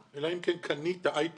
אלא אם כן קנית IP קבוע,